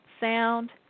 sound